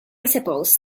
suppose